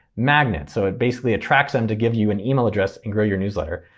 magnet so it basically attracts them to give you an email address and grow your newsletter.